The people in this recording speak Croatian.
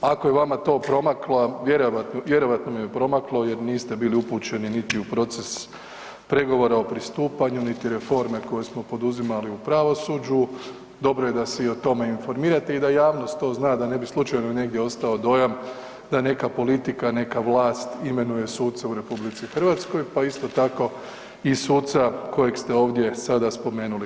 Ako je vama to promaklo, vjerojatno vam je promaklo jer niste bili upućeni niti u proces pregovora o pristupanju, niti reforme koju smo poduzimali u pravosuđu, dobro je da se i o tome informirate i da javnost to zna da ne bi slučajno negdje ostao dojam da neka politika, neka vlast imenuje suca u RH, pa isto tako i suca kojeg ste ovdje sada spomenuli.